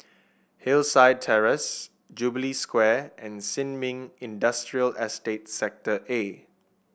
Hllside Terrace Jubilee Square and Sin Ming Industrial Estate Sector A